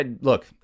look